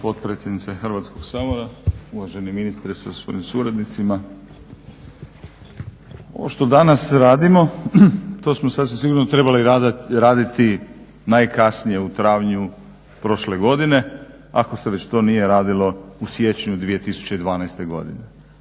potpredsjednice Hrvatskoga sabora, uvaženi ministre sa svojim suradnicima. Ovo što danas radimo to smo sasvim sigurno trebali raditi najkasnije u travnju prošle godine, ako se to nije radilo u siječnju 2012.godine